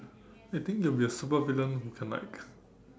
I think you will be a supervillain who can like